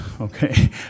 okay